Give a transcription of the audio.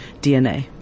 DNA